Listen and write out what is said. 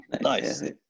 Nice